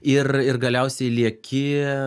ir ir galiausiai lieki